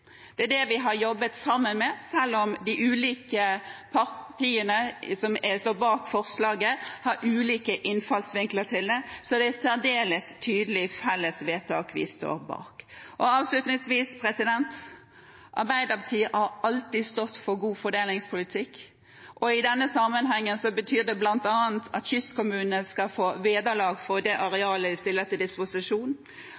det er det vi har jobbet sammen om. Selv om de ulike partiene som står bak forslaget, har ulike innfallsvinkler til det, er det et særdeles tydelig felles vedtak vi står bak. Avslutningsvis: Arbeiderpartiet har alltid stått for god fordelingspolitikk. I denne sammenhengen betyr det bl.a. at kystkommunene skal få vederlag for det